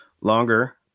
longer